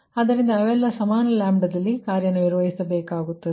ಆದ್ದರಿಂದ ಅವೆಲ್ಲವೂ ಸಮಾನ ಲ್ಯಾಂಬ್ಡಾದಲ್ಲಿ ಕಾರ್ಯನಿರ್ವಹಿಸಬೇಕಾಗುತ್ತದೆ